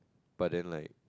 but then like